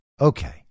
okay